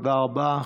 תודה רבה.